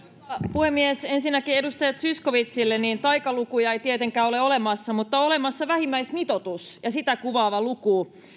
puhemies ensinnäkin edustaja zyskowiczille taikalukuja ei tietenkään ole olemassa mutta on olemassa vähimmäismitoitus ja sitä kuvaava luku